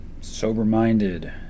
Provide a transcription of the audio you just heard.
Sober-minded